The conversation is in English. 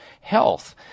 health